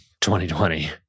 2020